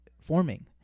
forming